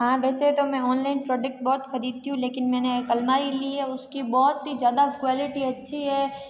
हाँ वैसे तो मैं ऑनलाइन प्रोडक्ट बहुत ख़रीदती हूँ लेकिन मैंने एक अलमारी ली है उसकी बहुत ही ज़्यादा क्वालिटी अच्छी है